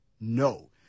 no